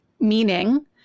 meaning